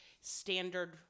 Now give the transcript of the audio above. standard